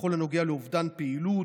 בכל הנוגע לאובדן פעילות,